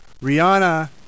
Rihanna